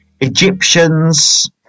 egyptians